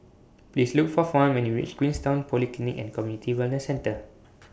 Please Look For Fawn when YOU REACH Queenstown Polyclinic and Community Wellness Centre